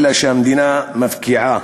אלא שהמדינה מפקיעה